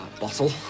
bottle